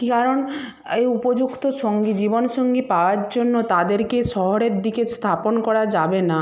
কারণ উপযুক্ত সঙ্গী জীবনসঙ্গী পাওয়ার জন্য তাদেরকে শহরের দিকে স্থাপন করা যাবে না